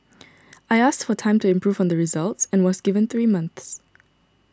I asked for time to improve on the results and was given three months